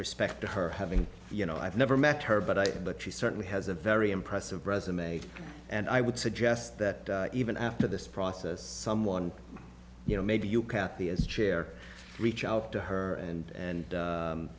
respect to her having you know i've never met her but i but she certainly has a very impressive resume and i would suggest that even after this process someone you know maybe you kathy as chair reach out to her and